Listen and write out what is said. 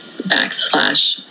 backslash